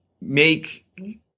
make